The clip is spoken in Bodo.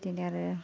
बिदिनो आरो